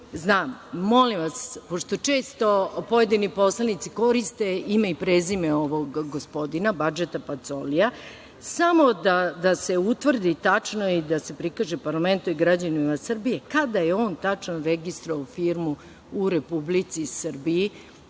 znam. Molim vas, pošto često pojedini poslanici koriste ime i prezime ovog gospodina, Badžeta Pacolija, samo da se utvrdi tačno i da se prikaže parlamentu i građanima Srbije kada je on tačno registrovao firmu u Republici Srbiji,